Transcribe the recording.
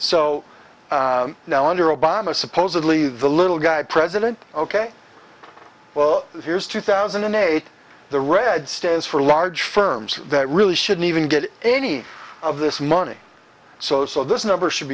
so now under obama supposedly the little guy president ok well here's two thousand and eight the red stands for large firms that really shouldn't even get any of this money so so this number should